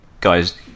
guys